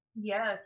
Yes